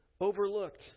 overlooked